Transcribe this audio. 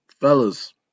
fellas